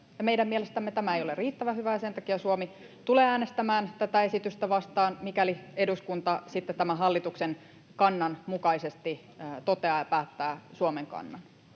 Meidän mielestämme tämä ei ole riittävän hyvä, ja sen takia Suomi tulee äänestämään tätä esitystä vastaan, mikäli eduskunta sitten tämän hallituksen kannan mukaisesti toteaa ja päättää Suomen kannan.